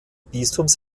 bistums